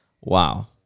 wow